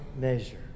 measure